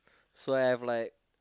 so I have like